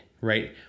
right